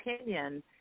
opinion